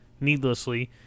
needlessly